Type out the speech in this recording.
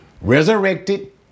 resurrected